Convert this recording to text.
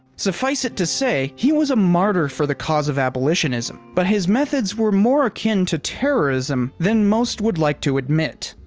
suffice it to say, he was a martyr for the cause of abolitionism. but his methods were more akin to terrorism than most would like to admit.